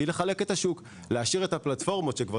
הוא לחלק את השוק; להשאיר את הפלטפורמות שכבר